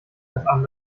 schlaufe